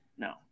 No